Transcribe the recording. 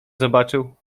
zobaczył